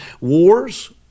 wars